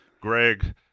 Greg